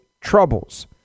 troubles